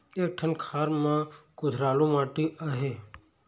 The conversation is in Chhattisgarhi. एक ठन खार म कुधरालू माटी आहे?